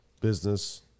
business